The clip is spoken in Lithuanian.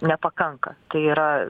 nepakanka tai yra